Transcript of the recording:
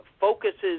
focuses